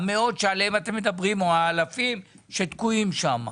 המאות או האלפים שתקועים שם.